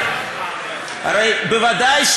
הרי בוודאי,